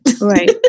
Right